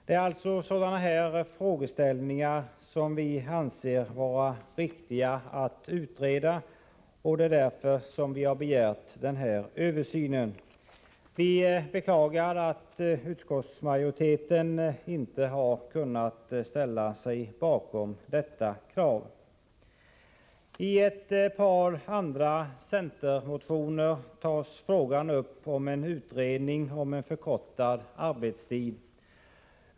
Det är alltså sådana här frågeställningar som vi anser vara riktiga att utreda, och det är därför vi har begärt översynen. Vi beklagar att utskottsmajoriteten inte har kunnat ställa sig bakom detta krav. I ett par andra centermotioner tas frågan om en utredning om en förkortad arbetstid upp.